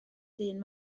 ddyn